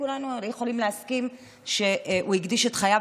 כולנו יכולים להסכים שהוא הקדיש את חייו